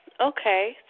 Okay